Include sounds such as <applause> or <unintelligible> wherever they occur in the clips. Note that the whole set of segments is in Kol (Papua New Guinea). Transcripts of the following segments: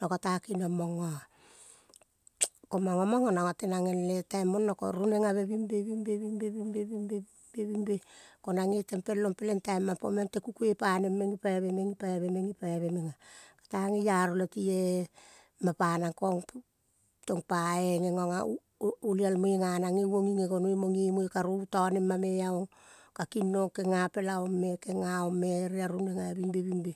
Nang kata keniong mango-ah ko. Mango, mango nang go-teneng el taim mono ko roneng ave bing be, bing be, bing be, bing be, bing be, bing be, bing be, ko nang ge tem pel long peleng taim mam po tekukoi paneng meng gipaive, gipaive, gipaive meng ah. Kata geiaro le ti-e mapa nang kong <unintelligible> tong pa <unintelligible> oliel moi ganang geiuong ging gegonoi mo giemo, karovoi tonem ma-e aong ka kinong ka kinong gena ong me kenga ong me ere an roneng ave bing be bing be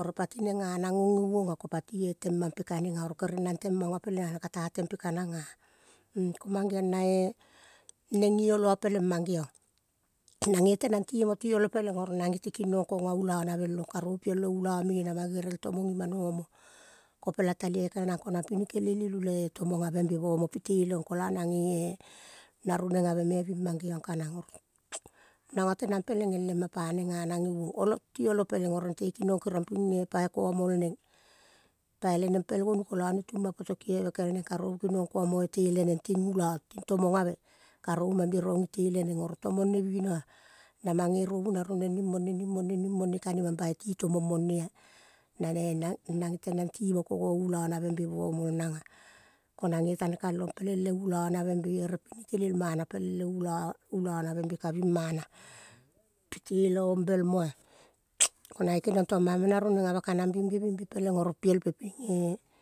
oro pati neng ganang ong ge uong ah ko. Pati eh tem mam pe kaneng ah oro kere nang teng mango peleng ah. Kata tempe ka-nang ah-m ko-mangeong na-e neng giolo-o peleng mang geong nange tenang timo tiolo peleng oro nange ti kinon kongo ulo navel long, kopela talioi kel nang ko-nang pinikelel ilu le tomong ave be bomo piteleong, kolo nang ge-eh na roneng ave me bing mang geong kanang nango tenang peleng el ema pa neng ga nang gei-uong, tiolo peleng oro nete kinong kerong ping e pai ko-omol neng pai leneng pel gonu. Kolo ne tum ma poto, kieve kel neng karovu kinong ko-omo tele neng ti ulo, tomong ave karovu mang berong itele neng oro tong ne bino-ah na mange rovu na roneng ning mone, ning mone, ning mone ka-ne, mam boi ti tomong mone-ah <unintelligible> nang tenang timo, ko go ulo navem be bo. Mol nang-ah konange tane kal long peleng le ulo navem be ere pinikel el mana pel long le ulo navem be kabing mana pite leong bel moa, ko. Nage keniong tong manga mena roneng ave kanang bing be bing be peleng, piel ping eh.